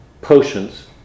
potions